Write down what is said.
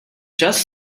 just